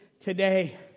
today